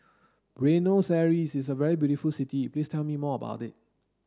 Buenos Aires is a very beautiful city please tell me more about it